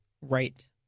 Right